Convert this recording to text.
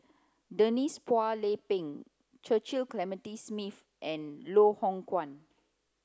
Denise Phua Lay Peng Clementi Smith and Loh Hoong Kwan